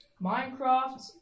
minecraft